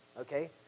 Okay